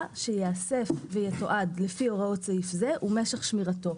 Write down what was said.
שייאסף ויתועד לפי הוראות סעיף זה ומשך שמירתו".